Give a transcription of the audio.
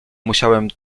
musiałem